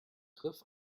griff